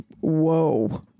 Whoa